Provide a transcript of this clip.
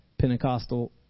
Pentecostal